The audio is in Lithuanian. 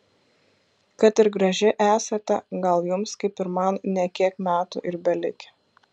kad ir graži esate gal jums kaip ir man ne kiek metų ir belikę